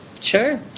Sure